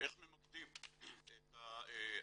איך ממקדים את העשייה.